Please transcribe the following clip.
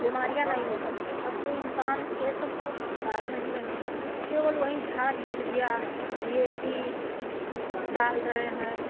बीमारियाँ नहीं होती थीं अब तो इंसान ये सब कुछ डाल नहीं रहे हैं केवल वही झार यूरिया डी ए पी डाल रहे हैं